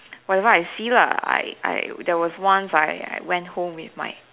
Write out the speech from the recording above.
whatever I see lah I I there was once I I went home with my